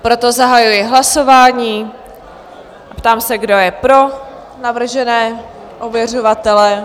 Proto zahajuji hlasování a ptám se, kdo je pro navržené ověřovatele?